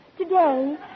today